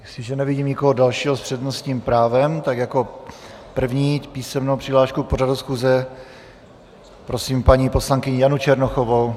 Jestliže nevidím nikoho dalšího s přednostním právem, tak jako první s písemnou přihláškou k pořadu schůze prosím paní poslankyni Janu Černochovou.